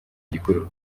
gikuru